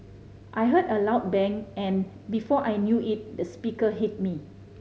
I heard a loud bang and before I knew it the speaker hit me